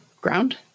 Ground